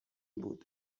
بود